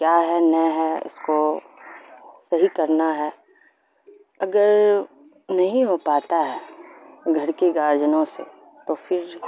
کیا ہے نے ہے اس کو سہی کرنا ہے اگر نہیں ہو پاتا ہے گھر کی گارجنوں سے تو فر